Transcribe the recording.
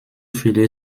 viele